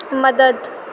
مدد